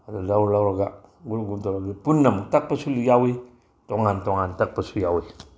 ꯑꯗꯨ ꯂꯧꯔ ꯂꯧꯔꯒ ꯒ꯭ꯔꯨꯞ ꯒ꯭ꯔꯨꯞ ꯇꯧꯔꯒ ꯄꯨꯟꯅ ꯄꯨꯟꯅ ꯇꯥꯛꯄꯁꯨ ꯌꯥꯎꯏ ꯇꯣꯉꯥꯟ ꯇꯣꯉꯥꯟ ꯇꯥꯛꯄꯁꯨ ꯌꯥꯎꯏ